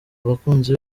abakunzi